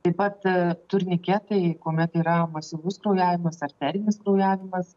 taip pat turniketai kuomet yra masyvus kraujavimas arterinis kraujavimas